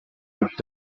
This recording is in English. looked